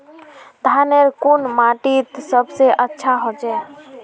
धानेर कुन माटित सबसे अच्छा होचे?